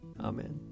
Amen